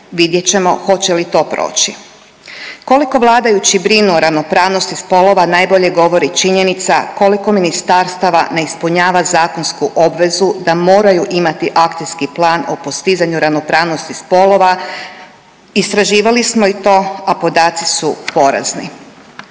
vidjet ćemo hoće li to proći. Koliko vladajući brinu o ravnopravnosti spolova najbolje govori činjenica koliko ministarstava ne ispunjava zakonsku obvezu da moraju imati akcijski plan o postizanju ravnopravnosti spolova istraživali smo i to, a podaci su porazni.